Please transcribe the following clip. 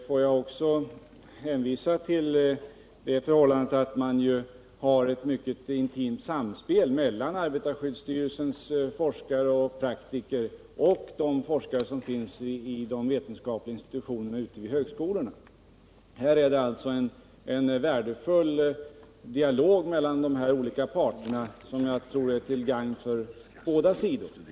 Låt mig också hänvisa till att man även har ett mycket intimt samspel mellan arbetarskyddsstyrelsens forskare och praktiker å ena sidan och forskarna vid de vetenskapliga institutionerna vid högskolorna å andra sidan, Det förs alltså en värdefull dialog mellan olika parter som jag tror är till gagn för båda sidor.